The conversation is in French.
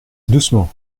doucement